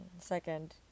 Second